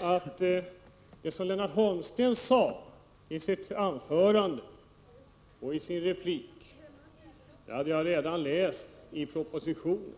att det som han sade i sitt anförande och i sin replik hade jag redan läst i propositionen.